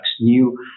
new